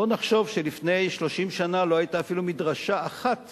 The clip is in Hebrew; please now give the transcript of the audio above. בואו נחשוב שלפני 30 שנה לא היתה אפילו מדרשה אחת